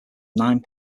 nine